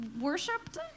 worshipped